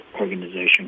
organization